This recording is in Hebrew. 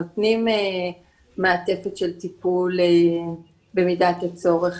נותנים מעטפת של טיפול במידת הצורך,